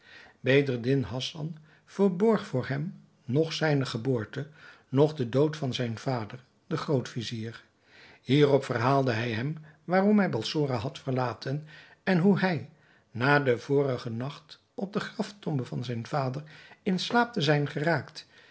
bedreddin hassan verborg voor hem noch zijne geboorte noch den dood van zijn vader den groot-vizier hierop verhaalde hij hem waarom hij balsora had verlaten en hoe hij na den vorigen nacht op de graftombe van zijn vader in slaap te zijn geraakt